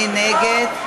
מי נגד?